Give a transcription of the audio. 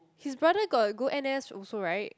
his brother got go n_s also right